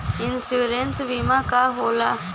Insurance बीमा का होला?